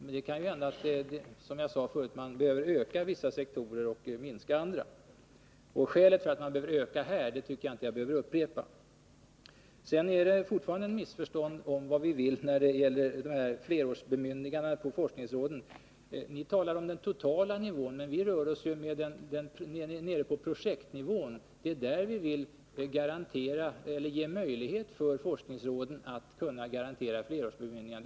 Som jag sade förut, kan det ju hända att man behöver öka vissa sektorer och minska andra, och skälen för att öka här tycker jag inte att jag behöver upprepa. Sedan råder det fortfarande ett missförstånd om vad vi vill när det gäller flerårsbemyndigande för forskningsråden. Ni talar om den totala nivån, men vi rör oss ju på projektnivån. Det är där vi vill ge forskningsråden möjlighet att garantera flerårsbemyndiganden.